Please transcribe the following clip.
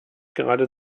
gerade